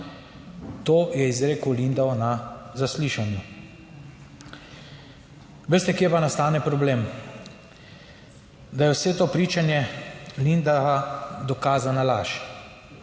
To je izrekel Lindav na zaslišanju. Veste kje pa nastane problem? Da je vse to pričanje Lindava dokazana laž